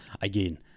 again